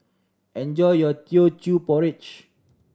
enjoy your Teochew Porridge